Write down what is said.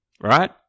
right